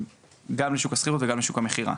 גם לשוק השכירות וגם לשוק המכירה.